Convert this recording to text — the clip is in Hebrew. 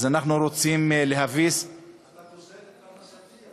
אז אנחנו רוצים להביס, אתה גוזל את פרנסתי.